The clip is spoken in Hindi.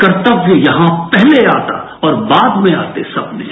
कर्तव्य यहां पहले आता पर बाद में आते सपने है